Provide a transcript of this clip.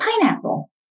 pineapple